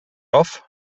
off